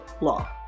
law